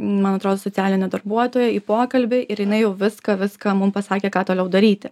man atrodo socialinė darbuotoja į pokalbį ir jinai jau viską viską mum pasakė ką toliau daryti